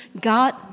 God